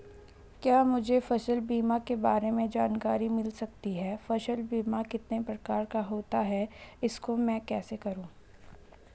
क्या मुझे फसल बीमा के बारे में जानकारी मिल सकती है फसल बीमा कितने प्रकार का होता है इसको मैं कैसे करूँ?